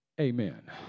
amen